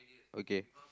okay